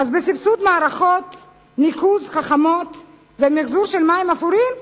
אז להשקיע בסבסוד מערכות ניקוז חכמות ומיחזור מים אפורים?